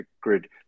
grid